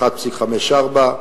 1.54,